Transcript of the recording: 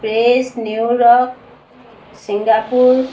Paris New York Singapore